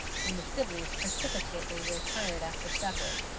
when the sibleys precipitately retired after supper,